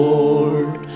Lord